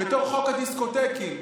"חוק הדיסקוטקים",